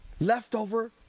leftover